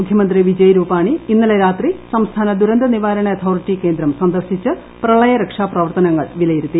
മുഖ്യമന്ത്രി വിജയ ്രൂപാണി ഇന്നലെ രാത്രി സംസ്ഥാന ദുരന്ത നിവാരണ അതോറിറ്റി കേന്ദ്രം സന്ദർശിച്ചു പ്രളയരക്ഷാ പ്രവർത്തനങ്ങൾ വിലയിരുത്തി